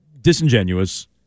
disingenuous